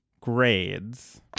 grades